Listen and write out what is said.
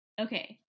okay